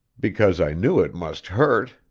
because i knew it must hurt.